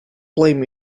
blame